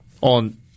on